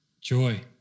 Joy